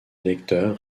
lecteurs